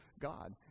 God